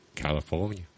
california